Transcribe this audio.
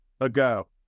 ago